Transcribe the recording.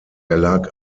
erlag